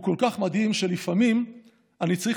הוא כל כך מדהים שלפעמים אני צריך